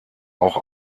auch